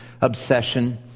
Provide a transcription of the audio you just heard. obsession